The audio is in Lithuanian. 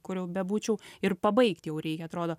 kur jau bebūčiau ir pabaigt jau reik atrodo